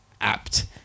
apt